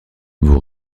vous